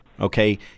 okay